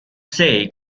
sei